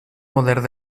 modern